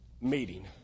meeting